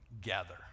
gather